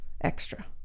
extra